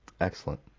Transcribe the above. Excellent